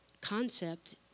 concept